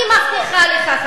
אני מבטיחה לך,